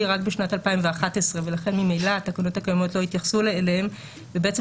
רק בשנת 2011 ולכן ממילא התקנות הקיימות לא התייחסו אליהם ובעצם